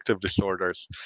disorders